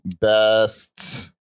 best